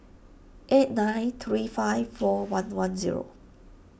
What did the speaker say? eight nine three five four one one zero